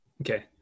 okay